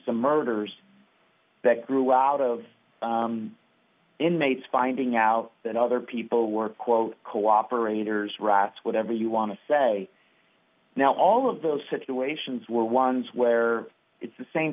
some murders that grew out of inmates finding out that other people were quote cooperators rats whatever you want to say now all of those situations were ones where it's the same